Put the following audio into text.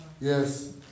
Yes